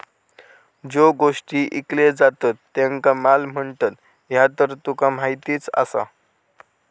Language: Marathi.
ज्यो गोष्टी ईकले जातत त्येंका माल म्हणतत, ह्या तर तुका माहीतच आसा